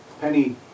Penny